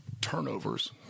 turnovers